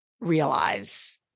realize